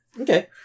Okay